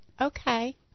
Okay